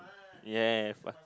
ya ya ya